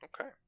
Okay